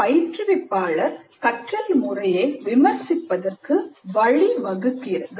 இது பயிற்றுவிப்பாளர் கற்றல் முறையை விமர்சிப்பதற்கு வழி வகுக்கிறது